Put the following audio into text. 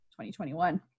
2021